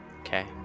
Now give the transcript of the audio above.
Okay